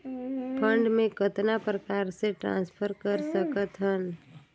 Fund मे कतना प्रकार से ट्रांसफर कर सकत हन?